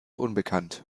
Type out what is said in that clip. unbekannt